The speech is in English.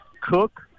Cook